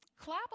clap